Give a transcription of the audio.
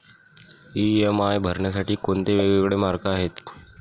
EMI भरण्यासाठी कोणते वेगवेगळे मार्ग आहेत?